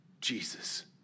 Jesus